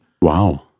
Wow